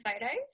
photos